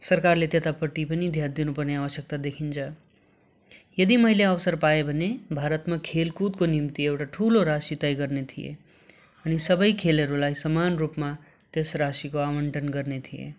सरकारले त्यतापट्टि पनि ध्यान दिनु पर्ने आवश्यक्ता देखिन्छ यदि मैले अवसर पाएँ भने भारतमा खेलकुदको निम्ति एउटा ठुलो राशि तय गर्ने थिएँ अनि सबै खेलहरूलाई समान रूपमा त्यस राशिको आवन्टन गर्ने थिएँ